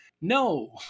No